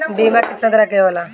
बीमा केतना तरह के होला?